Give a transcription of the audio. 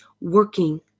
working